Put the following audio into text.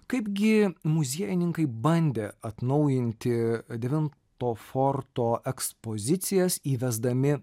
kaipgi muziejininkai bandė atnaujinti devinto forto ekspozicijas įvesdami